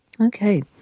Okay